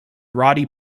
roddy